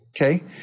Okay